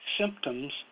symptoms